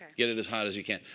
get it as hot as you can.